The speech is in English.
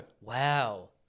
Wow